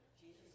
Jesus